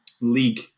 league